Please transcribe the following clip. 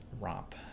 romp